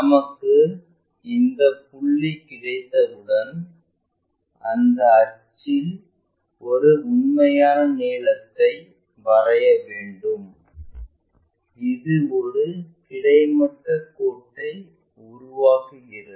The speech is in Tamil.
நமக்கு இந்த புள்ளி கிடைத்தவுடன் அந்த அச்சில் ஒரு உண்மையான நீளத்தைக் வரைய வேண்டும் இது ஒரு கிடைமட்ட கோட்டை உருவாக்குகிறது